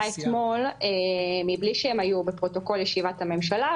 אתמול מבלי שהן היו בפרוטוקול ישיבת הממשלה,